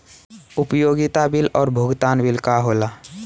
उपयोगिता बिल और भुगतान बिल का होला?